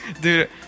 Dude